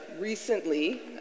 recently